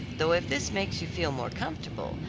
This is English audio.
though if this makes you feel more comfortable,